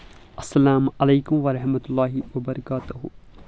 السلام علیکم ورحمۃ اللہ وبرکاتہُ